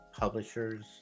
publishers